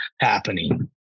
happening